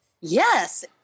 Yes